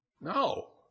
no